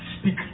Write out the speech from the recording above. Speak